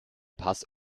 pass